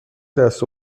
دست